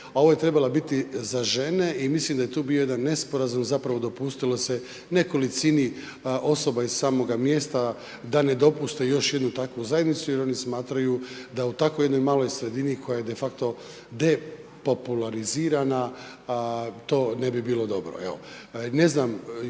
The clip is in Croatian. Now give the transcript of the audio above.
ovo je trebalo biti za žene i mislim da je to bio jedan nesporazum, zapravo dopustilo se nekolicini osoba iz samoga mjesta da ne dopuste još jednu takvu zajednicu jer oni smatraju da u tako jednoj maloj sredini koja je defakto depopularizirana to ne bi bilo dobro.